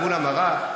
מול המראה,